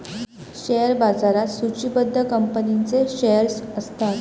share बाजारात सुचिबद्ध कंपनींचेच शेअर्स असतत